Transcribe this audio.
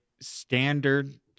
standard